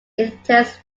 epithets